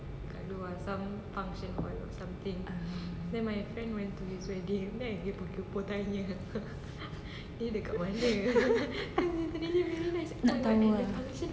nak tahu ah